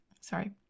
Sorry